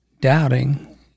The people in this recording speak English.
Doubting